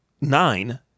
nine